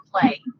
play